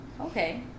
Okay